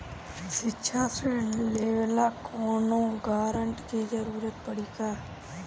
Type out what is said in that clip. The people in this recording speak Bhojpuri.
शिक्षा ऋण लेवेला कौनों गारंटर के जरुरत पड़ी का?